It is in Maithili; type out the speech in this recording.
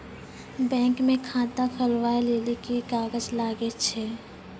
बैंक म खाता खोलवाय लेली की की कागज लागै छै?